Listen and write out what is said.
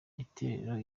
itorero